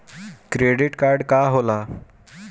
Credit card का होला?